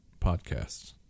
podcasts